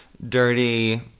Dirty